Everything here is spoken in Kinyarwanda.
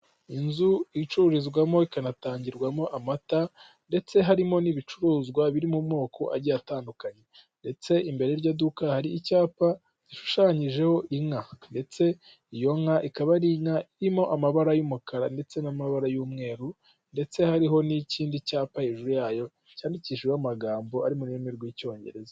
Inzu icururizwamo ikanatangirwamo amata ndetse harimo n'ibicuruzwa biri mu moko agiye atandukanye, ndetse imbere y'iryo duka hari icyapa gishushanyijeho inka ndetse ikaba ari irimo amabara y'umukara ndetse n'amabara y'umweru ndetse hariho n'ikindi cyapa hejuru yayo yandikishiho amagambo ari mu rurimi rw'icyongereza.